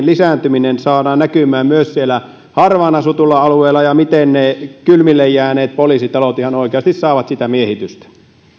lisääntyminen saadaan näkymään myös siellä harvaan asutuilla alueilla ja miten ne kylmilleen jääneet poliisitalot ihan oikeasti saavat sitä miehitystä